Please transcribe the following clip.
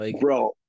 Bro